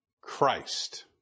Christ